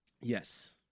yes